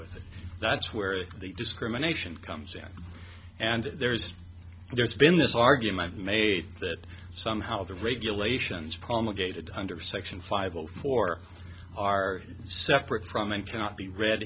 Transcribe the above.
with that's where the discrimination comes in and there's there's been this argument made that somehow the regulations promulgated under section five all four are separate from and cannot be read